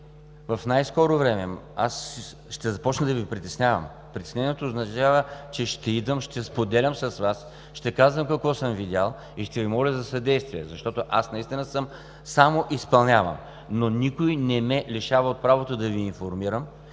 в най-скоро време ще започна да Ви притеснявам. Притеснението означава, че ще идвам, ще споделям с Вас, ще казвам какво съм видял и ще Ви моля за съдействие, защото наистина само изпълнявам, но никой не ме лишава от правото да Ви информирам